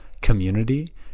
community